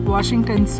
Washington